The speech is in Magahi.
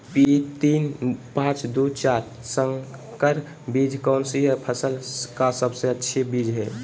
पी तीन पांच दू चार संकर बीज कौन सी फसल का सबसे अच्छी बीज है?